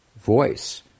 voice